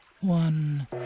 one